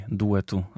duetu